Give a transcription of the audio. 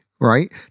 Right